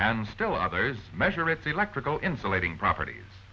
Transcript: and still others measure its electrical insulating properties